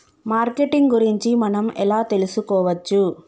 Marketing గురించి మనం ఎలా తెలుసుకోవచ్చు?